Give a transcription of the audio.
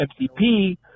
MCP